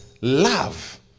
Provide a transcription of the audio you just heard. love